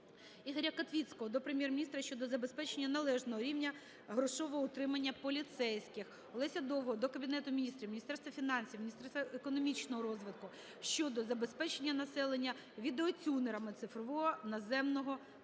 ІгоряКотвіцького до Прем'єр-міністра щодо забезпечення належного рівня грошового утримання поліцейських. Олеся Довгого до Кабінету Міністрів, Міністерства фінансів, Міністерства економічного розвитку щодо забезпечення населеннявідеотюнерами цифрового наземного